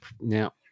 now